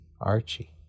Archie